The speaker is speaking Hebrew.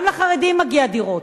גם לחרדים מגיע דירות,